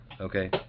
Okay